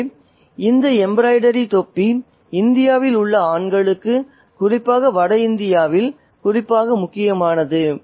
எனவே இந்த எம்பிராய்டரி தொப்பி இந்தியாவில் உள்ள ஆண்களுக்கு குறிப்பாக வட இந்தியாவில் குறிப்பாக முக்கியமானது